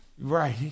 Right